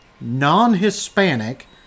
non-Hispanic